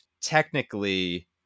technically